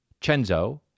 Chenzo